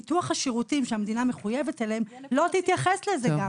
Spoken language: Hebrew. פיתוח השירותים שהמדינה מחויבת אליהם לא יקבל מענה לזה.